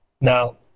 Now